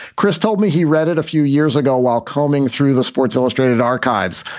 chris told me he read it a few years ago while combing through the sports illustrated archives.